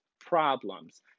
problems